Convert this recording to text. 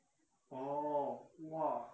orh !wah!